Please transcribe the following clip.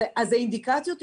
האינדיקציות השתנו,